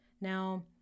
Now